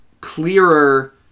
clearer